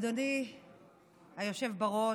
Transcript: אדוני היושב-ראש,